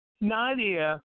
Nadia